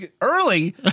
early